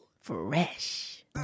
Fresh